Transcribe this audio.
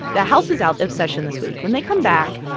the house is out of session this week. when they come back,